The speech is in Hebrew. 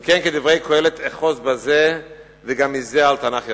אם כן, כדברי קהלת: אחוז בזה וגם מזה אל תנח ידך.